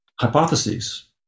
hypotheses